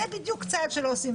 זה בדיוק צעד שלא עושים.